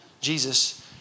Jesus